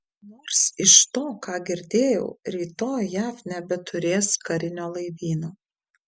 nors iš to ką girdėjau rytoj jav nebeturės karinio laivyno